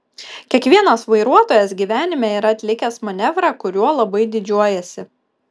kiekvienas vairuotojas gyvenime yra atlikęs manevrą kuriuo labai didžiuojasi